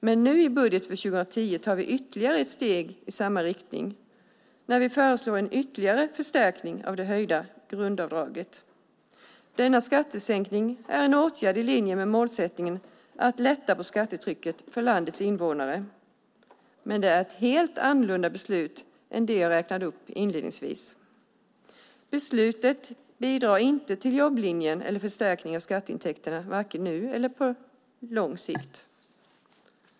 Men nu, i budget för 2010, tar vi ytterligare ett steg i samma riktning när vi föreslår en ytterligare förstärkning av det höjda grundavdraget. Denna skattesänkning är en åtgärd i linje med målsättningen att lätta på skattetrycket för landets invånare, men det är ett helt annorlunda beslut än dem jag räknade upp inledningsvis. Beslutet bidrar inte till jobblinjen eller en förstärkning av skatteintäkterna, vare sig nu eller på lång sikt.